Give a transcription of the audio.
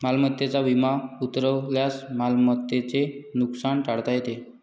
मालमत्तेचा विमा उतरवल्यास मालमत्तेचे नुकसान टाळता येते